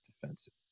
defensive